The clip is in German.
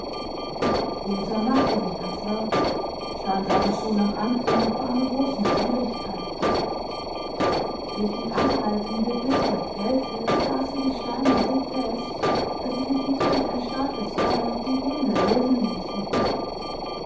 peter machte sich ans werk stand aber schon am anfang vor einer großen schwierigkeit durch die anhaltende bittere kälte saßen die steine so fest daß sie sich nur durch ein starkes feuer vom grunde lösen ließen